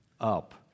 up